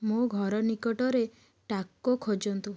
ମୋ ଘର ନିକଟରେ ଟାକୋ ଖୋଜନ୍ତୁ